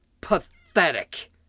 pathetic